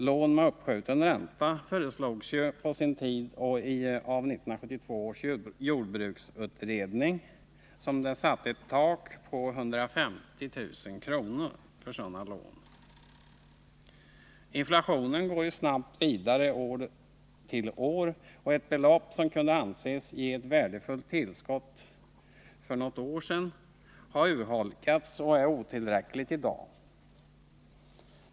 Lån med uppskjuten ränta föreslogs ju på sin tid av 1972 års jordbruksutredning som satte ett tak på 150 000 kr. för sådana lån. Inflationen går ju snabbt vidare från år till år, och ett belopp som kunde anses ge ett värdefullt tillskott för något år sedan har urholkats och är otillräckligt i dag.